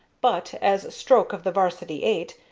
but, as stroke of the varsity eight,